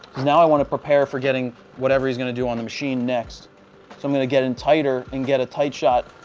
i want to prepare for getting whatever is going to do on the machine next. so i'm going to get in tighter and get a tight shot